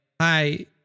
hi